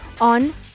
on